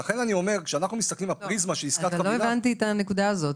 אבל ישי,